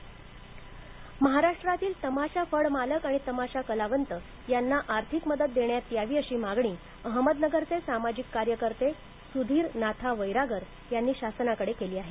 लोककलावंत मदत अहमदनगर महाराष्ट्रातील तमाशा फड मालक आणि तमाशा कलावंत यांना आर्थिक मदत देण्यात यावी अशी मागणी अहमदनगरचे सामाजिक कार्यकर्ते सुधीर नाथा वैरागर यांनी शासनाकडे केली आहे